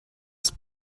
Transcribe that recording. els